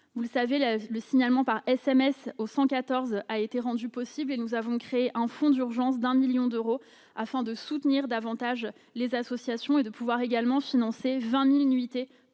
Vous le savez, le signalement par SMS au 114 a été rendu possible et nous avons créé un fonds d'urgence de 1 million d'euros afin de soutenir davantage les associations et financer 20 000 nuitées